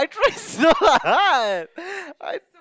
I tried so hard I